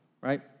right